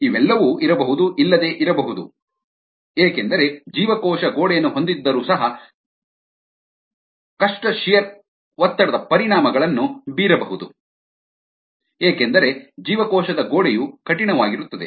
ಇವೆಲ್ಲವೂ ಇರಬಹುದು ಇಲ್ಲದೇ ಇರಬಹುದು ಏಕೆಂದರೆ ಜೀವಕೋಶ ಗೋಡೆಯನ್ನು ಹೊಂದಿದ್ದರೂ ಸಹ ಕಷ್ಟು ಶಿಯರ್ ಒತ್ತಡದ ಪರಿಣಾಮಗಳನ್ನು ಬೀರಬಹುದು ಏಕೆಂದರೆ ಜೀವಕೋಶದ ಗೋಡೆಯು ಕಠಿಣವಾಗಿರುತ್ತದೆ